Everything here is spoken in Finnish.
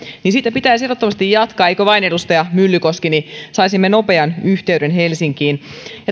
ja sitä pitäisi ehdottomasti jatkaa eikö vain edustaja myllykoski jotta saisimme nopean yhteyden helsinkiin